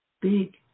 big